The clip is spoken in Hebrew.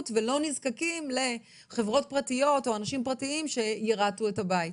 ולא נזקקים לחברות פרטיות או אנשים פרטיים שירהטו להן את הבית?